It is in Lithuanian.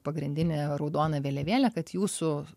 pagrindinė raudona vėliavėle kad jūsų